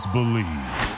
Believe